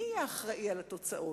מי יהיה אחראי לתוצאות?